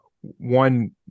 one